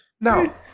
Now